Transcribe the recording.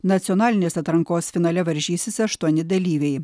nacionalinės atrankos finale varžysis aštuoni dalyviai